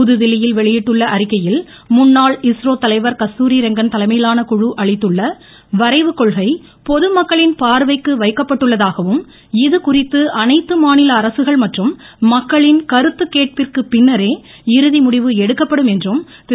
புதுதில்லியில் வெளியிட்டுள்ள அறிக்கையில் முன்னாள் இஸ்ரோ தலைவர் கஸ்தூரி ரெங்கன் தலைமையிலான குழு அளித்துள்ள வரைவுக்கொள்கை பொதுமக்களின் பார்வைக்கு வைக்கப்பட்டுள்ளதாகவும் இதுகுறித்து அனைத்து மாநில அரசுகள் மற்றும் மக்களின் கருத்துக்கேட்பிற்குப் பின்னரே இறுதி முடிவு எடுக்கப்படும் என்றும் திரு